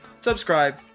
subscribe